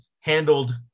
handled